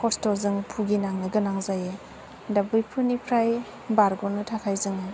खस्थ'जों बुगिनांनो गोनां जायो दा बेफोरनिफ्राय बारग'नो थाखाय जोङो